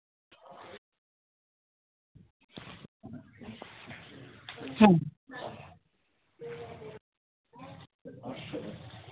হ্যাঁ